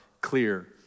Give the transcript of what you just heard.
clear